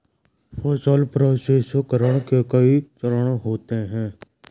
फसल प्रसंसकरण के कई चरण होते हैं